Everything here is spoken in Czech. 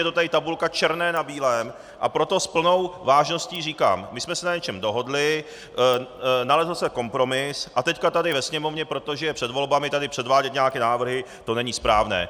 Je to tady tabulka černé na bílém, a proto s plnou vážností říkám: My jsme se na něčem dohodli, nalezl se kompromis, a teď tady ve Sněmovně, protože je před volbami, tady předvádět nějaké návrhy, to není správné.